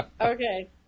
Okay